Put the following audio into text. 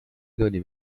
گلی